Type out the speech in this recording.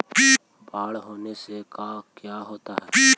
बाढ़ होने से का क्या होता है?